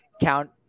count